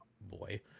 boy